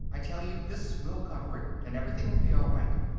i tell you this will cover it, and everything will be all right.